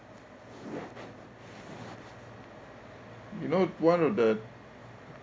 you know one of that